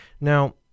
Now